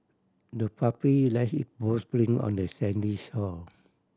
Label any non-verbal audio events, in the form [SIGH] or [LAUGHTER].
the puppy left it paw [UNINTELLIGIBLE] print on the sandy shore